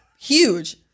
Huge